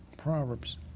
Proverbs